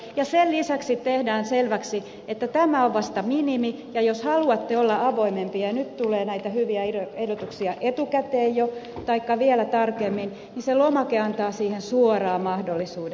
sen lisäksi tehdään selväksi että tämä on vasta minimi ja jos haluatte olla avoimempi ja nyt tulee näitä hyviä ehdotuksia etukäteen jo taikka ilmoittaa vielä tarkemmin lomake antaa siihen suoraan mahdollisuuden